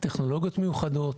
טכנולוגיות מיוחדות,